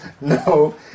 no